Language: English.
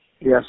Yes